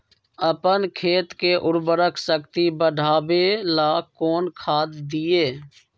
अपन खेत के उर्वरक शक्ति बढावेला कौन खाद दीये?